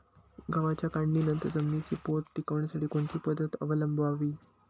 गव्हाच्या काढणीनंतर जमिनीचा पोत टिकवण्यासाठी कोणती पद्धत अवलंबवावी?